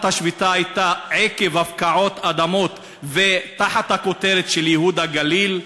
החלטת השביתה הייתה עקב הפקעות אדמות תחת הכותרת של "ייהוד הגליל".